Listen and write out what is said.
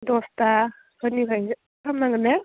दसताफोरनिफ्राय खालामनांगोन ना